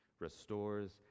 restores